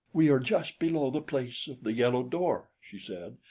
we are just below the place of the yellow door, she said.